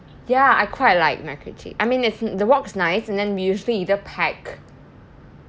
yah I quite like macritchie I mean it's the walk's nice and then we usually either pack